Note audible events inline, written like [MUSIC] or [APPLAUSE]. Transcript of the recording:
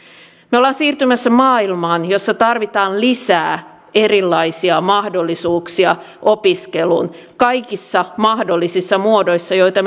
me olemme siirtymässä maailmaan jossa tarvitaan lisää erilaisia mahdollisuuksia opiskeluun kaikissa mahdollisissa muodoissa joita [UNINTELLIGIBLE]